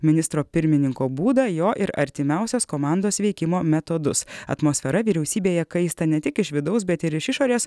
ministro pirmininko būdą jo ir artimiausios komandos veikimo metodus atmosfera vyriausybėje kaista ne tik iš vidaus bet ir iš išorės